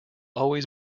always